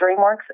DreamWorks